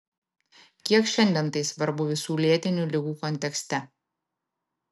kiek šiandien tai svarbu visų lėtinių ligų kontekste